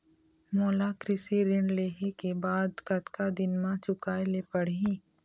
मोला कृषि ऋण लेहे के बाद कतका दिन मा चुकाए ले पड़ही?